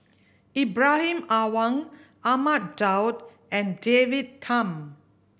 Ibrahim Awang Ahmad Daud and David Tham